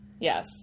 Yes